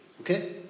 Okay